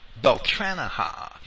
Beltranaha